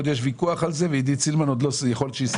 עוד יש ויכוח על הסכום הזה,